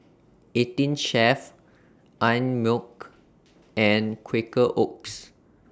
eighteen Chef Einmilk and Quaker Oats